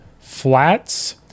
flats